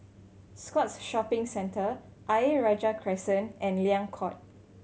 Scotts Shopping Centre Ayer Rajah Crescent and Liang Court